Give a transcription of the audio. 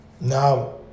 Now